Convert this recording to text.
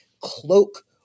cloak